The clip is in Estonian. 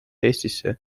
eestisse